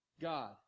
God